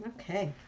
Okay